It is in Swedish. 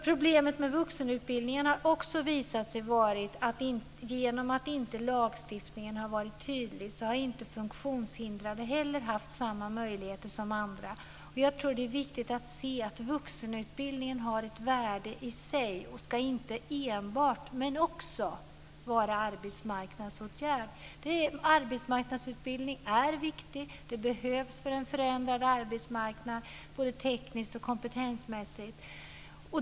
Problemet med vuxenutbildningen har också visat sig vara att genom att inte lagstiftningen har varit tydlig har inte heller funktionshindrade haft samma möjligheter som andra. Jag tror att det är viktigt att se att vuxenutbildningen har ett värde i sig. Den ska inte enbart, men väl också, vara en arbetsmarknadsåtgärd. Det här med arbetsmarknadsutbildning är viktigt. Det behövs för en förändrad arbetsmarknad både tekniskt och kompetensmässigt.